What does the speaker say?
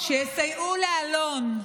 שיסייעו לאלון,